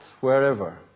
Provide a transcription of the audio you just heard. wherever